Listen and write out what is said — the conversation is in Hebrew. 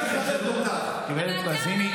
הכנסת לזימי,